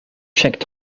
checked